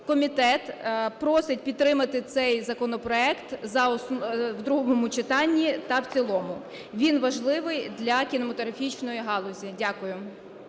Комітет просить підтримати цей законопроект у другому читанні та в цілому. Він важливий для кінематографічної галузі. Дякую.